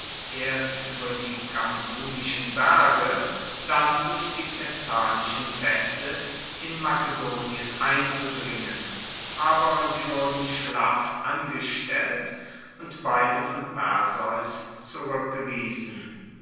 erst ueber die kambunischen berge dann durch die thessalischen paesse in makedonien einzudringen aber sie wurden schlaff angestellt und beide von perseus zurueckgewiesen